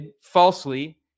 falsely